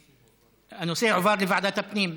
הנושא יועבר לוועדת הפנים,